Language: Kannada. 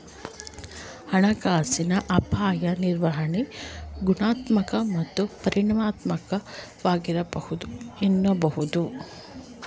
ಹಣಕಾಸಿನ ಅಪಾಯ ನಿರ್ವಹಣೆ ಗುಣಾತ್ಮಕ ಮತ್ತು ಪರಿಮಾಣಾತ್ಮಕವಾಗಿರಬಹುದು ಎನ್ನಬಹುದು